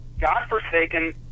godforsaken